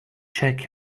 check